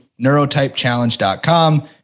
neurotypechallenge.com